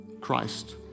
Christ